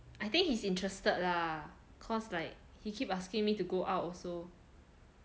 I think he's interested lah cause like he keep asking me to go out also